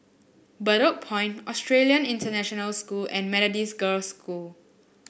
Bedok Point Australian International School and Methodist Girls' School